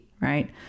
right